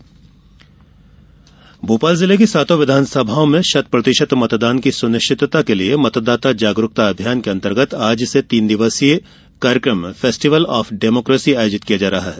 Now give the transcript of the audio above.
festival of democracy Bhopal जिले की सातों विधानसभाओं में शतप्रतिशत मतदान की सुनिश्चितता के लिए मतदाता जागरूकता अभियान के अंतर्गत आज से तीन दिवसीय कार्यक्रम फेस्टिवल ऑफ डेमोक्रेसी आयोजित किया जा रहा है